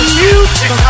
music